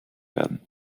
werden